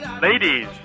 Ladies